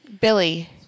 Billy